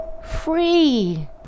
Free